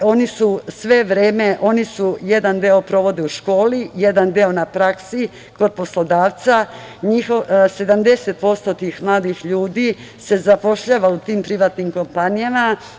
Oni jedan deo provode u školi, jedan deo na praksi kod poslodavca, 70% tih mladih ljudi se zapošljava u tim privatnim kompanijama.